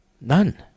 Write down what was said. None